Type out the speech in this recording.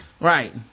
Right